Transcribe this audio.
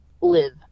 live